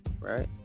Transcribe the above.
right